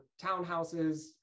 townhouses